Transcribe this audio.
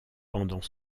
pendant